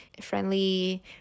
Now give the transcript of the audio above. friendly